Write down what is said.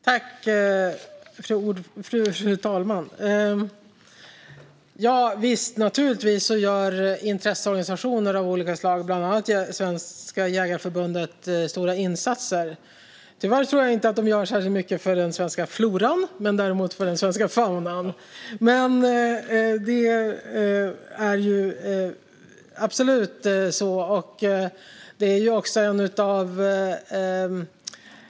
Fru talman! Visst gör intresseorganisationer av olika slag, bland annat Svenska Jägareförbundet, stora insatser. Jag tror tyvärr inte att de gör så mycket för den svenska floran men väl den svenska faunan. Det gör de absolut.